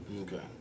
Okay